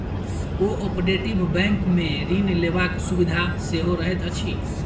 cooperative बैंकमे ऋण लेबाक सुविधा सेहो रहैत अछि